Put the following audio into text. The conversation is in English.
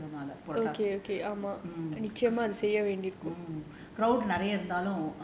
அதுனால:athunaala